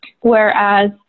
whereas